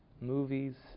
movies